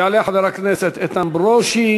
יעלה חבר הכנסת איתן ברושי,